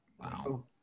Wow